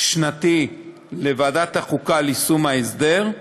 שנתי לוועדת חוקה על יישום ההסדר.